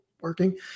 working